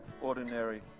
ordinary